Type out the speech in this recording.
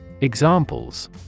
Examples